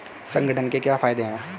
संगठन के क्या फायदें हैं?